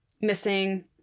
missing